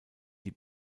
die